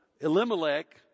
elimelech